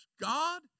God